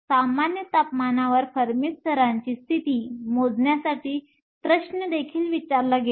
सामान्य तापमानावर फर्मी स्तराची स्थिती मोजण्यासाठी प्रश्न देखील विचारला गेला